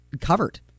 covered